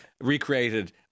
recreated